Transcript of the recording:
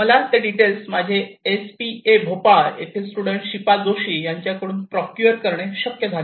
मला ते डिटेल्स माझे एस पी ए भोपाळ येथील स्टुडन्ट शिपा जोशी यांच्याकडून प्रोक्यूअर करणे शक्य झाले